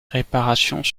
réparations